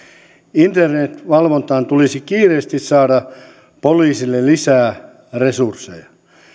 internetvalvontaan tulisi kiireesti saada poliisille lisää resursseja